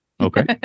Okay